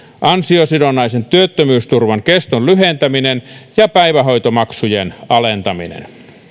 ansiosidonnaisen työttömyysturvan keston lyhentäminen ja päivähoitomaksujen alentaminen